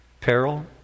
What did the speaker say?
peril